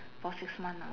for six month ah